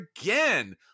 again